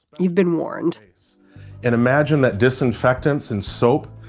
you've been warned and imagine that disinfectants and soap,